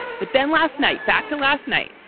but then last night, back to last night.